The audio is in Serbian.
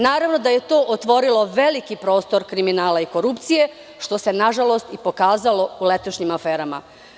Naravno da je to otvorilo veliki prostor kriminalu i korupciji, što se nažalost i pokazalo u letošnjim aferama.